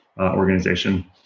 organization